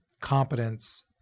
competence